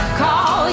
call